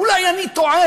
אולי אני טועה.